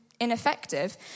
ineffective